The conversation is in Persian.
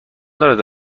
دارد